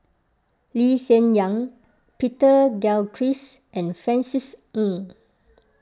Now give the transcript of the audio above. Lee Hsien Yang Peter Gilchrist and Francis Ng